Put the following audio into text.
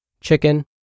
chicken